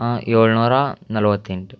ಏಳುನೂರ ನಲ್ವತ್ತೆಂಟು